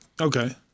Okay